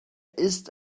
ist